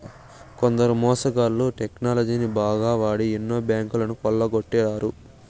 కొందరు మోసగాళ్ళు టెక్నాలజీని బాగా వాడి ఎన్నో బ్యాంకులను కొల్లగొట్టారు